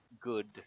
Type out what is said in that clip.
good